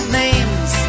names